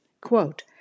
Quote